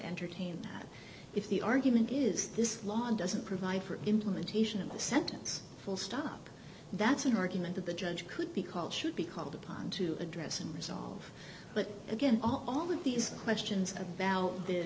entertain that if the argument is this law doesn't provide for implementation of the sentence full stop that's an argument that the judge could be called should be called upon to address and resolve but again all of these questions about the